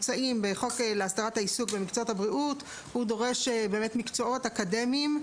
החוק להסדרת העיסוק במקצועות הבריאות עוסק במקצועות אקדמיים.